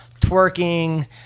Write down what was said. twerking